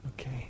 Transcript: Okay